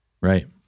Right